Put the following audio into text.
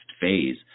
phase